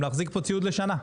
להחזיק פה מלאי לשנה.